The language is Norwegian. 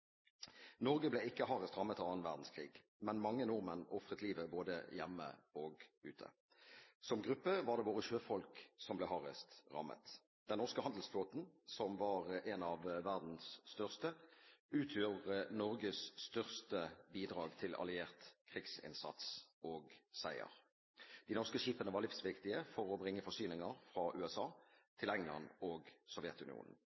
Norge ble ikke hardest rammet av annen verdenskrig, men mange nordmenn ofret livet både hjemme og ute. Som gruppe var det våre sjøfolk som ble hardest rammet. Den norske handelsflåten, som var en av verdens største, utgjorde Norges største bidrag til alliert krigsinnsats og seier. De norske skipene var livsviktige for å bringe forsyninger fra USA